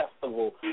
festival